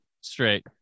straight